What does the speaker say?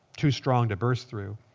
too strong to burst through.